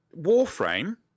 Warframe